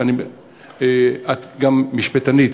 את גם משפטנית